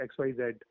XYZ